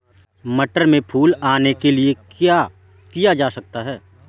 मटर में फूल आने के लिए क्या किया जा सकता है?